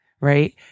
Right